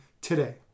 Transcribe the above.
today